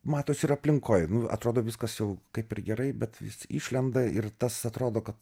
matosi ir aplinkoj atrodo viskas jau kaip ir gerai bet vis išlenda ir tas atrodo kad